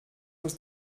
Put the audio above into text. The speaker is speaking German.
das